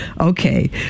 Okay